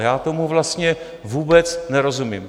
Já tomu vlastně vůbec nerozumím.